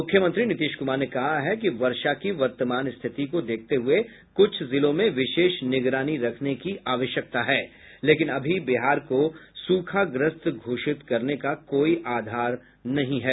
मुख्यमंत्री नीतीश कुमार ने कहा है कि वर्षा की वर्तमान स्थिति को देखते हुए कुछ जिलों में विशेष निगरानी रखने की आवश्यकता है लेकिन अभी बिहार को सूखाग्रस्त घोषित करने का कोई आधार नहीं है